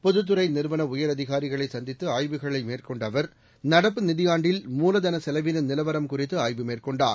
பொதுத் துறை நிறுவன உயரதிகாரிகளை சந்தித்து ஆய்வுகளை மேற்கொண்ட அவர் நடப்பு நிதியாண்டில் மூலதள செலவின நிலவரம் குறித்து ஆய்வு மேற்கொண்டார்